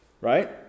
Right